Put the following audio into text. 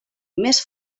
més